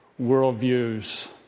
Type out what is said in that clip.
worldviews